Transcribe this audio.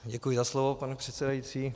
Děkuji za slovo, pane předsedající.